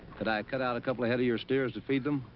could i cut out a couple of head of your steers to feed them?